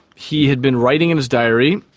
he had been writing in his diary,